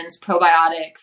probiotics